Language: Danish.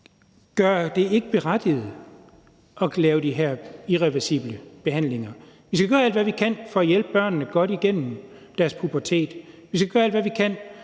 gør det ikke berettiget at lave de her irreversible behandlinger. Vi skal gøre alt, hvad vi kan for at hjælpe børnene godt igennem deres pubertet; vi skal gøre alt, hvad vi kan,